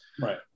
Right